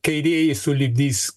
kairieji sulipdys